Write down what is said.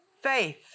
faith